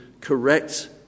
correct